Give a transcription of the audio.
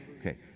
Okay